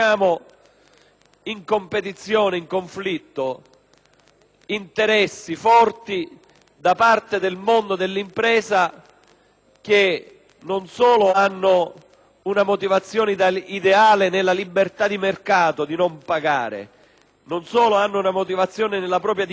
interessi forti da parte del mondo dell'impresa, che non solo ha una motivazione ideale nella libertà di mercato di non pagare o una motivazione nella propria dignità di imprenditori, ma anche